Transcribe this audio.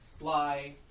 lie